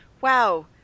Wow